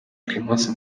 clemence